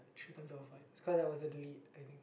three times over five years cause I wasn't late I think